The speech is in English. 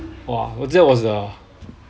!wah! that was a